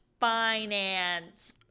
finance